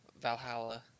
Valhalla